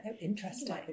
Interesting